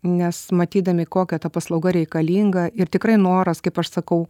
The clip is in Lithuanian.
nes matydami kokia ta paslauga reikalinga ir tikrai noras kaip aš sakau